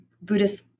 Buddhist